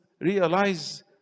realize